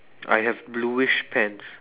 I have bluish pants